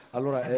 Allora